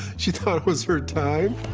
she thought it was her time.